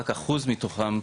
רק אחוז מתוכם,